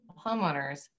homeowners